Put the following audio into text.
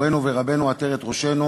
מורנו ורבנו ועטרת ראשנו